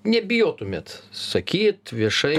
nebijotumėt sakyt viešai